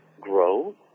grow